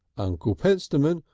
uncle pentstemon,